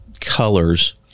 colors